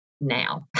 now